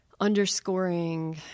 underscoring